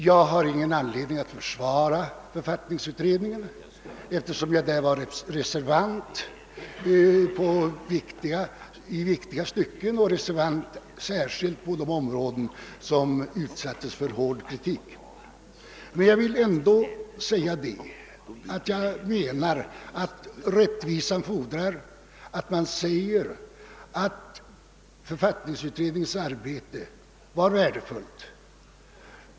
Jag har ingen anledning att här försvara författningsutredningen, eftersom jag i viktiga stycken — särskilt på de områden som sedan utsattes för hård kritik — var reservant i utredningen. Men rättvisan fordrar ändå att jag säger att författningsutredningens arbete var värdefullt.